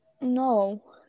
No